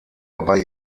dabei